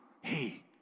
hey